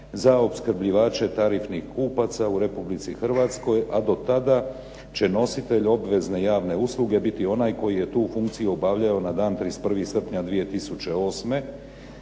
za opskrbljivače tarifnih kupaca u Republici Hrvatskoj, a do tada će nositelj obvezne javne usluge biti onaj koji je tu funkciju obavljao na dan 31. srpnja 2008.,